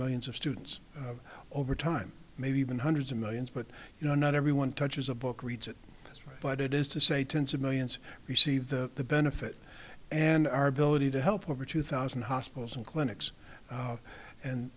millions of students over time maybe even hundreds of millions but you know not everyone touches a book reads it but it is to say tens of millions receive the benefit and our ability to help over two thousand hospitals and clinics